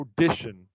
Audition